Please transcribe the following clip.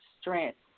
strength